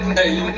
Hey